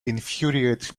infuriates